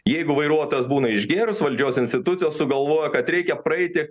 jeigu vairuotas būna išgėrus valdžios institucijos sugalvojo kad reikia praeiti